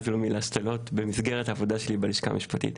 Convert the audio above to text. הלאומי להשתלות במסגרת העבודה שלי בלשכה המשפטית.